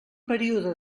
període